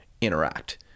interact